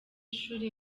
ishuri